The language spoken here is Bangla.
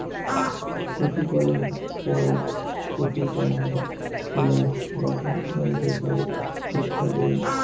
পশুপালন পড়াত পশু প্রাণী গুলার দ্যাখা সুনার ব্যাপারে শিক্ষা দেই